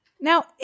Now